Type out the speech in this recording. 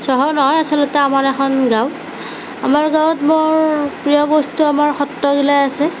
চহৰ নহয় আচলতে আমাৰ এখন গাঁও আমাৰ গাঁৱত মোৰ প্ৰিয় বস্তু আমাৰ সত্ৰগিলা আছে